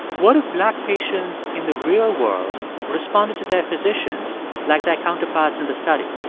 what if black patients in the real world responded to their physicians like their counterparts in the study?